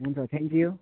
हुन्छ thank you